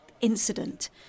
incident